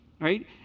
right